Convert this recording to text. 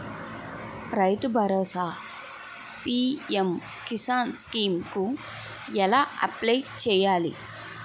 రైతు భరోసా PM Kisan scheme కు ఎలా అప్లయ్ చేయాలి?